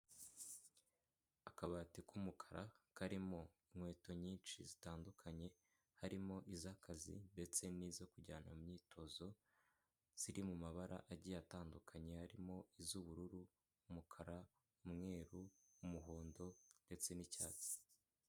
Akabati k'umukara karimo inkweto nyinshi zitandukanye harimo iz'akazi ndetse n'izo kujyana mu myitozo, ziri mu mabara agiye atandukanye, harimo iz'ubururu umukara, umweru, umuhondo ndetse n'icyatsi.